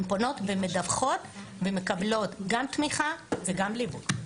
מדווחות, ומקבלות גם תמיכה וגם ליווי,